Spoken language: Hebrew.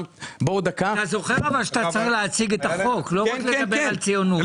אתה זוכר שאתה צריך להציג את החוק ולא רק לדבר ציונות?